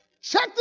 Check